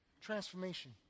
Transformation